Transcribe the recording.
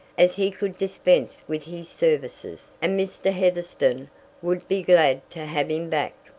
as he could dispense with his services, and mr. heatherstone would be glad to have him back.